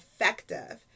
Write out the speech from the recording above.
effective